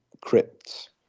crypts